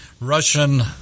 Russian